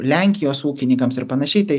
lenkijos ūkininkams ir panašiai tai